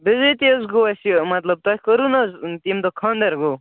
بِذٲتی حظ گوٚو اَسہِ یہِ مطلب تۄہہِ کٔرو نہٕ حظ ییٚمہِ دۄہ خانٛدَر گوٚو